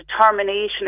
determination